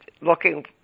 looking